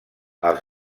els